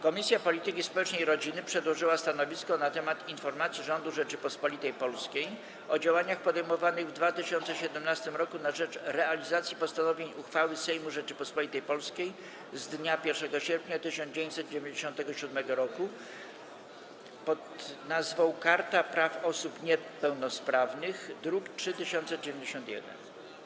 Komisja Polityki Społecznej i Rodziny przedłożyła stanowisko na temat informacji rządu Rzeczypospolitej Polskiej o działaniach podejmowanych w 2017 r. na rzecz realizacji postanowień uchwały Sejmu Rzeczypospolitej Polskiej z dnia 1 sierpnia 1997 r. Karta Praw Osób Niepełnosprawnych, druk nr 3091.